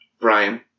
Brian